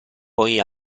poi